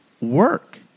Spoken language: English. work